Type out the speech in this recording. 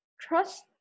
trust